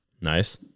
Nice